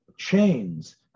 Chains